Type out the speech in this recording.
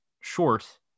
short